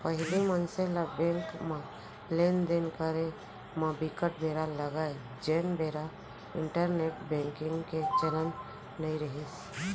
पहिली मनसे ल बेंक म लेन देन करे म बिकट बेरा लगय जेन बेरा इंटरनेंट बेंकिग के चलन नइ रिहिस